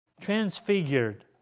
transfigured